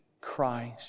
Christ